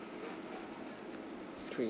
three